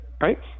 right